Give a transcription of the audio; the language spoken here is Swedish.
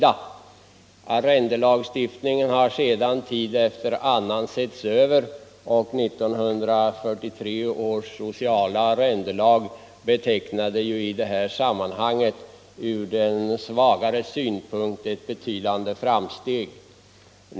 Arrendelagstiftningen har sedan tid efter annan setts över, och 1943 års sociala arrendelag betecknade ur den svagares synpunkt ett betydande framsteg.